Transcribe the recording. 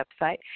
website